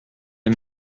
les